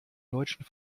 deutschen